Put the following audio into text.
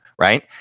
Right